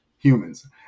humans